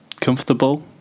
comfortable